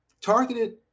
targeted